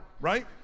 right